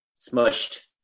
smushed